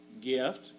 gift